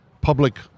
public